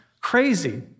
crazy